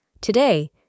Today